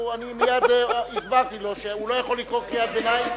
אני מייד הסברתי לו שהוא לא יכול לקרוא קריאת ביניים,